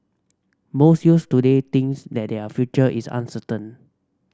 most youths today thinks that their future is uncertain